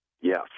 Yes